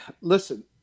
listen